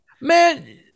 Man